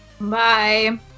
Bye